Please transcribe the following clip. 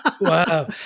Wow